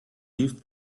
used